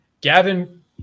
Gavin